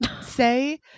say